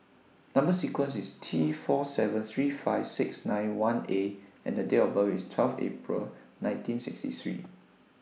Number sequence IS T four seven three five six nine one A and Date of birth IS twelve April nineteen sixty three